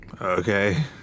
Okay